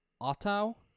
Otto